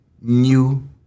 new